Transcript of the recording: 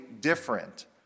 different